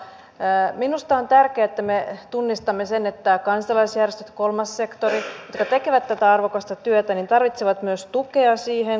minusta on tärkeää että me tunnistamme sen että kansalaisjärjestöt kolmas sektori jotka tekevät tätä arvokasta työtä tarvitsevat myös tukea siihen kuten kotouttamismäärärahoja